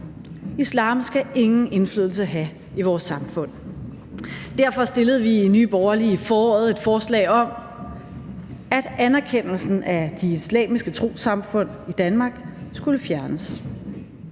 Islam skal ingen indflydelse have i vores samfund. Derfor fremsatte vi i Nye Borgerlige i foråret et forslag om, at anerkendelsen af de islamiske trossamfund i Danmark skulle fjernes.